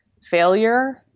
failure